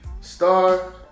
Star